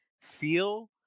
feel